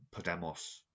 Podemos